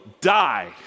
die